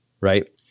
Right